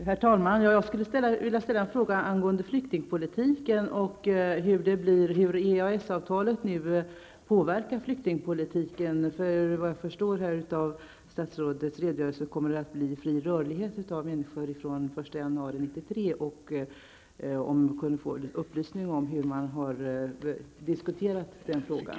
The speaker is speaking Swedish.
Herr talman! Jag skulle vilja ställa en fråga angående flyktingpolitiken och hur EES-avtalet påverkar flyktingpolitiken. Efter vad jag förstår av statsrådets redogörelse kommer det att bli fri rörlighet för människor från den 1 januari 1993. Jag skulle därför vilja ha litet upplysningar om hur man har diskuterat i den frågan.